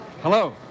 Hello